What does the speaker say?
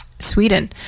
Sweden